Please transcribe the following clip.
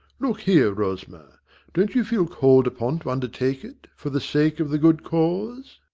look here, rosmer don't you feel called upon to undertake it, for the sake of the good cause?